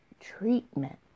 treatment